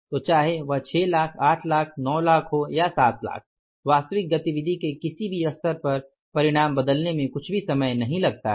तो चाहे वह 6 लाख 8 लाख नौ लाख हो या 7 लाख वास्तविक गतिविधि के किसी भी स्तर पर परिणाम बदलने में कुछ भी समय नही लगता है